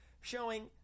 showing